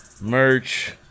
Merch